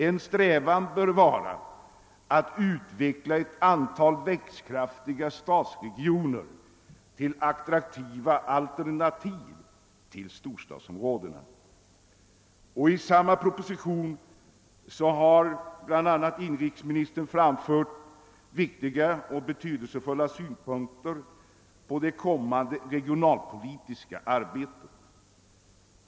En strävan bör vara att utveckla ett antal växtkraftiga stadsregioner till attraktiva alternativ till storstadsområdena. I samma proposition har inrikesministern bl.a. framfört viktiga och betydelsefulla synpunkter på det kommande regionalpolitiska arbetet.